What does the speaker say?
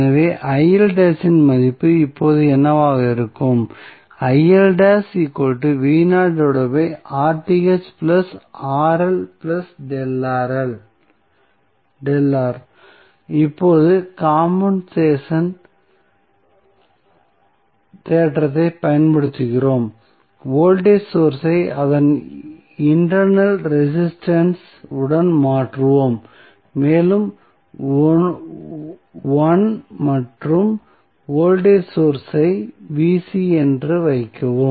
எனவே இன் மதிப்பு இப்போது என்னவாக இருக்கும் இப்போது காம்பென்சேஷன் தேற்றத்தைப் பயன்படுத்துகிறோம் வோல்டேஜ் சோர்ஸ் ஐ அதன் இன்டெர்னல் ரெசிஸ்டன்ஸ் உடன் மாற்றுவோம் மேலும் 1 மற்றொரு வோல்டேஜ் சோர்ஸ் ஐ என்று வைக்கவும்